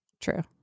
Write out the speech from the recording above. True